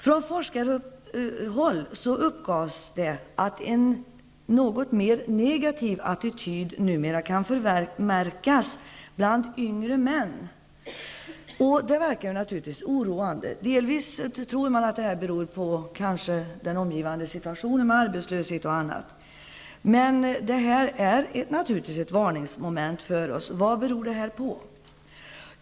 Från forskarhåll uppgavs att en något mer negativ attityd numera kan förmärkas bland yngre män. Det verkar naturligtvis oroande. Man tror att detta delvis beror på den omgivande situationen, med arbetslöshet och annat. Det är en varningssignal för oss. Vad beror då detta på?